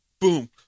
Boom